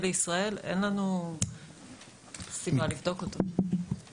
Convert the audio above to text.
אין לנו סיבה לבדוק את מי שיוצא מישראל.